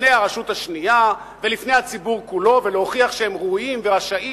בערוץ-10 ויש זכיינים בערוץ-2.